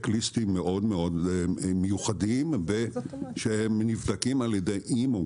ליסטים מאוד מיוחדות שנבדקות גם על ידי אימ"ו,